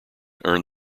earned